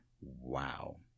Wow